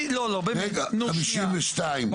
הסתייגויות 52,